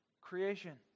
creation